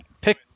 pick